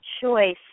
choice